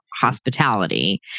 hospitality